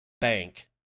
bank